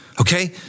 Okay